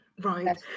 Right